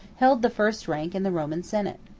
held the first rank in the roman senate.